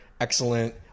Excellent